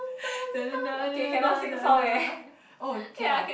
oh cannot ah